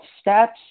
Steps